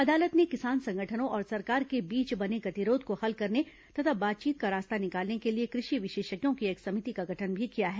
अदालत ने किसान संगठनों और सरकार के बीच बने गतिरोध को हल करने तथा बातचीत का रास्ता निकालने के लिए कृषि विषेषज्ञों की एक समिति का गठन भी किया है